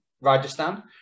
Rajasthan